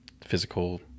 physical